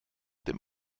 dem